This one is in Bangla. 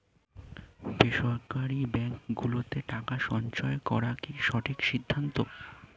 বেসরকারী ব্যাঙ্ক গুলোতে টাকা সঞ্চয় করা কি সঠিক সিদ্ধান্ত?